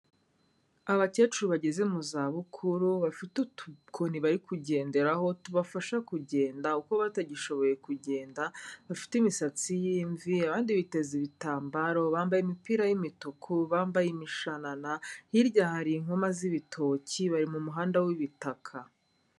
Abacyecuru bageze mu za bukuru bafite utukoni bari kugenderaho tubafasha kugenda kuba batagishoboye kugenda bafite imisatsi y'imvi abandi biteze ibitambaro bambaye imipira y'imituku, bambaye imishanana, hirya hari inkoma z'ibitoki bari mu muhanda w'ibitaka.